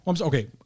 Okay